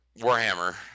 Warhammer